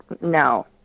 no